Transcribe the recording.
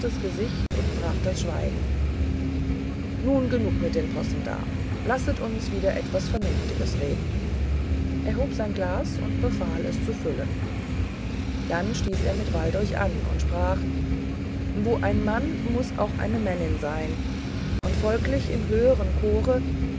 gesicht und brach das schweigen nun genug mit den possen da lasset uns wieder etwas vernünftiges reden er hob sein glas und befahl zu füllen dann stieß er mit waldrich an und sprach wo ein mann ist muß auch eine männin sein und folglich im höheren chor